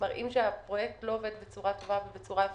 מראים שהפרויקט לא עובד בצורה טובה ואפקטיבית.